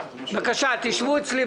מלכיאלי, תייצג אותי בשלב